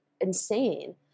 insane